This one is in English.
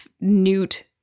Newt